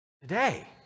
today